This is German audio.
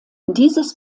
dieses